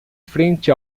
frente